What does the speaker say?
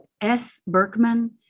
sberkman